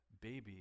baby